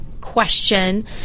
question